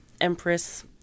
empress